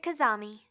Kazami